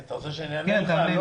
אתה רוצה שאני אענה לך?